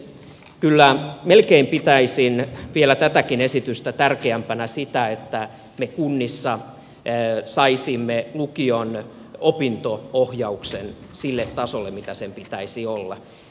kyllä melkein pitäisin vielä tätäkin esitystä tärkeämpänä sitä että me kunnissa saisimme lukion opinto ohjauksen sille tasolle millä sen pitäisi olla